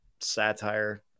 satire